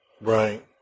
Right